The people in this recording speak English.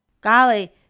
Golly